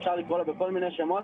ואפשר לקרוא לו בכל מיני שמות